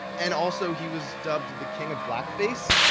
and also he was dubbed the king of blackface.